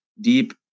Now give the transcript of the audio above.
deep